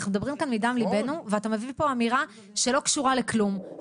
אנחנו מדברים כאן מדם לבנו ואתה מביא לפה אמירה שלא קשורה לכלום,